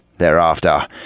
Thereafter